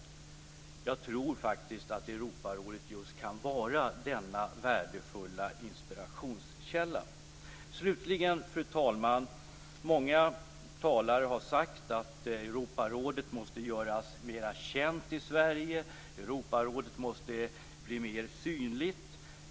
Jag tror faktiskt att Europarådet just kan vara denna värdefulla inspirationskälla. Slutligen, fru talman: Många talare har sagt att Europarådet måste göras mera känt i Sverige och att Europarådet måste bli mera synligt.